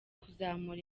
kuzamura